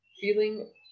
Feeling